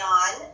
on